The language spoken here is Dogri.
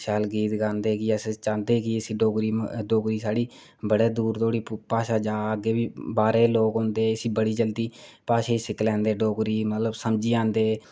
शैल गीत गांदे अस चाहंदे कि डोगरी साढ़ी बड़े दूर तक्क भाशा जा अग्गें बी बाहरै दे लोक औंदे इसी बड़ी जल्दी भाशा गी सिक्खी लैंदे मतलब समझी जंदे